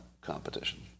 competition